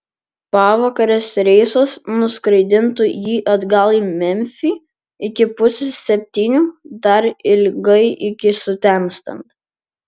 pavakarės reisas nuskraidintų jį atgal į memfį iki pusės septynių dar ilgai iki sutemstant